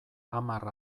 hamar